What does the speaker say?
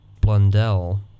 Blundell